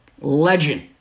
Legend